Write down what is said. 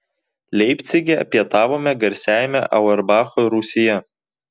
leipcige pietavome garsiajame auerbacho rūsyje